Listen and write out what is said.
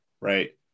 Right